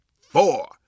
four